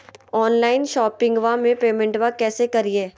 Online शोपिंगबा में पेमेंटबा कैसे करिए?